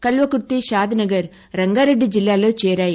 కల్వకుర్తి షాద్నగర్ రంగారెడ్డి జిల్లలో చేరాయి